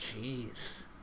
jeez